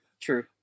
True